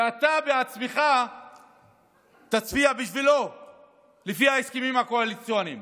כשאתה בעצמך תצביע בשבילו לפי ההסכמים הקואליציוניים.